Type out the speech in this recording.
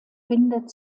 findet